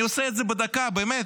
אני עושה את זה בדקה, באמת.